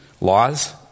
laws